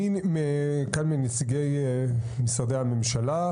מי כאן מנציגי משרדי הממשלה?